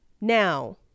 Now